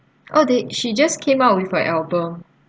oh they she just came out with her album